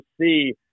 see